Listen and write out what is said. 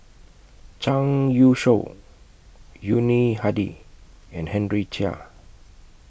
Zhang Youshuo Yuni Hadi and Henry Chia